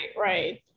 right